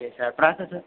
okay sir processor